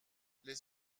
les